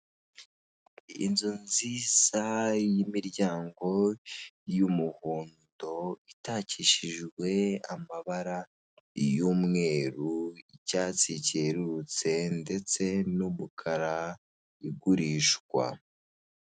Inzu nziza y'imiryago y'umuhondo, itakishijwe amabara y'umweru, icyatsi cyerurutse ndetse n'umukara, igurishwa.